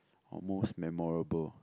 almost memorable